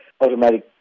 automatic